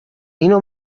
اینو